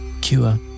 cure